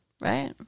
Right